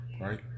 right